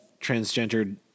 transgendered